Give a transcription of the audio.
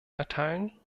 erteilen